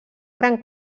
gran